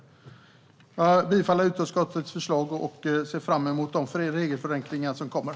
Jag yrkar bifall till utskottets förslag och ser fram emot de regelförenklingar som kommer.